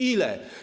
Ile?